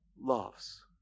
loves